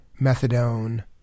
methadone